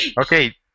Okay